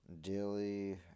daily